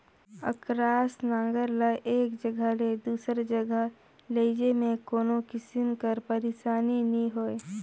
अकरस नांगर ल एक जगहा ले दूसर जगहा लेइजे मे कोनो किसिम कर पइरसानी नी होए